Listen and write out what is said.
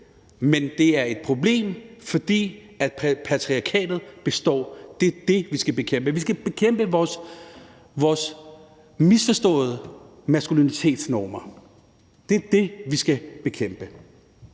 men det er et problem, fordi patriarkatet består. Det er det, vi skal bekæmpe. Vi skal bekæmpe vores misforståede maskulinitetsnormer. Det er det, vi skal bekæmpe.